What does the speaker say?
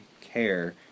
care